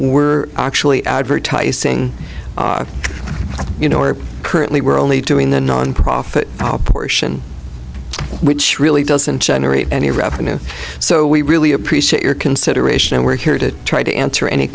we're actually advertising you know we're currently we're only doing the nonprofit portion which really doesn't generate any revenue so we really appreciate your consideration and we're here to try to answer any